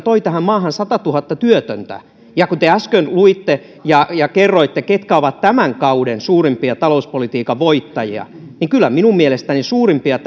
toi tähän maahan satatuhatta työtöntä ja kun te äsken luitte ja ja kerroitte ketkä ovat tämän kauden suurimpia talouspolitiikan voittajia niin kyllä minun mielestäni suurimpia